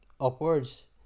upwards